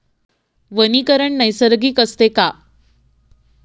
वनीकरण नैसर्गिक असते का?